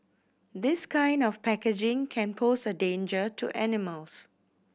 this kind of packaging can pose a danger to animals